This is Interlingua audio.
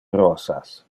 rosas